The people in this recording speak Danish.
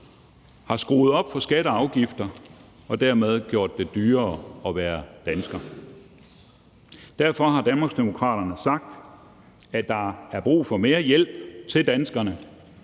har skruet op for skatter og afgifter og har dermed gjort det dyrere at være dansker. Derfor har Danmarksdemokraterne sagt, at der er brug for mere hjælp til danskerne,